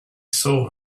saw